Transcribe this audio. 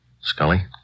Scully